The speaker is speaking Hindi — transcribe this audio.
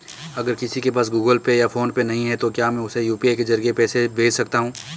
अगर किसी के पास गूगल पे या फोनपे नहीं है तो क्या मैं उसे यू.पी.आई के ज़रिए पैसे भेज सकता हूं?